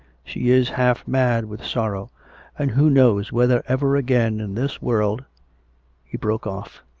she is half mad with sorrow and who knows whether ever again in this world he broke off,